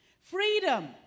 freedom